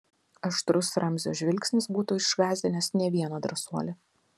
aštrus ramzio žvilgsnis būtų išgąsdinęs ne vieną drąsuolį